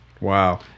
Wow